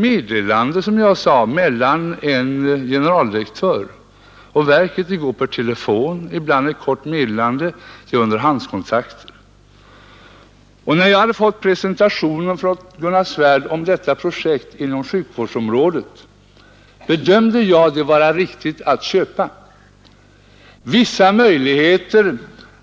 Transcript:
Underhandskontakter mellan en generaldirektör och verket kan naturligtvis ske per telefon eller genom korta skriftliga meddelanden. När jag av Gunnar Svärd hade fått presentationen av detta projekt på sjukvårdsområdet bedömde jag det vara riktigt att köpa. Man hade dessutom angivit att det